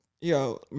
yo